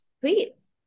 Please